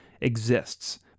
exists